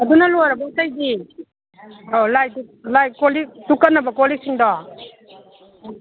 ꯑꯗꯨꯅ ꯂꯣꯏꯔꯕꯣ ꯑꯇꯩꯗꯤ ꯑꯣ ꯂꯥꯏ ꯙꯨꯛ ꯂꯥꯏ ꯀꯣꯜ ꯂꯤꯛ ꯙꯨꯛ ꯀꯠꯅꯕ ꯀꯣꯜ ꯂꯤꯛꯁꯤꯡꯗꯣ